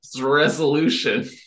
Resolution